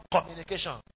communication